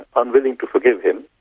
unwilling to forgive him,